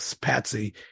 Patsy